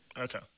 Okay